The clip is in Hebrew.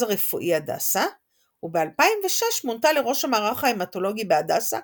הרפואי הדסה וב-2006 מונתה לראש המערך ההמטולוגי בהדסה,